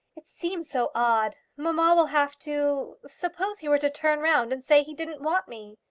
it seems so odd. mamma will have to suppose he were to turn round and say he didn't want me?